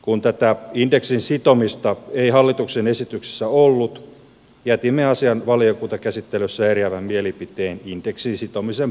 kun tätä indeksiin sitomista ei hallituksen esityksessä ollut jätimme asian valiokuntakäsittelyssä eriävän mielipiteen indeksiin sitomisen puolesta